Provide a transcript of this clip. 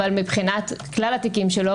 אבל מבחינת כלל התיקים שלו,